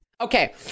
Okay